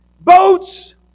boats